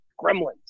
gremlins